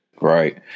Right